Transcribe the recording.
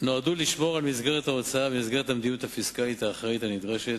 נועדו לשמור על מסגרת ההוצאה ומסגרת המדיניות הפיסקלית האחראית הנדרשת,